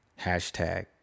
Hashtag